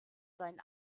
seinen